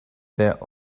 their